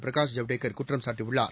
பிரகாஷ் ஜவ்டேகர் குற்றம் சாட்டியுள்ளார்